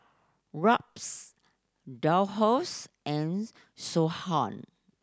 Robs Dolphus and Siobhan